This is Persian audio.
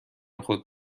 خود